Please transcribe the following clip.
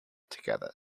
together